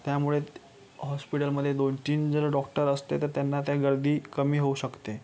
त्यामुळे हॉस्पिटलमध्ये दोन तीन जर डॉक्टर असते तर त्यांना ती गर्दी कमी होऊ शकते